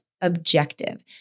objective